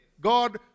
God